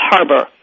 Harbor